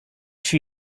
she